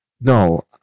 No